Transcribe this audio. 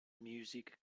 music